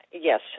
yes